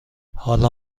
حالا